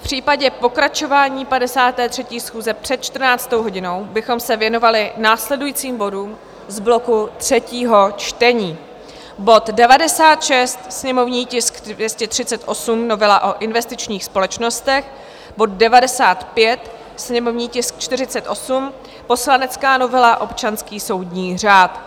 V případě pokračování 53. schůze před 14 hodinou bychom se věnovali následujícím bodům z bloku třetího čtení: bod 96, sněmovní tisk 238, novela o investičních společnostech; bod 95, sněmovní tisk 48, poslanecká novela občanský soudní řád.